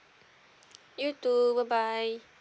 you too bye bye